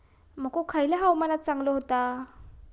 मको खयल्या हवामानात चांगलो होता?